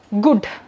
good